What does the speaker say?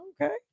okay